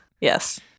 Yes